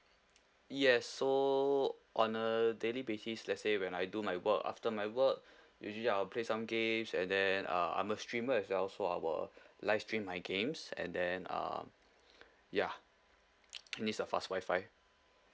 yes so on a daily basis let's say when I do my work after my work usually I will play some games and then uh I'm a streamer as well so I will live stream my games and then uh ya needs a fast wi-fi